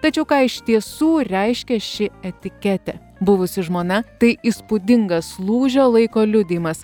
tačiau ką iš tiesų reiškia ši etiketė buvusi žmona tai įspūdingas lūžio laiko liudijimas